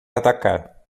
atacar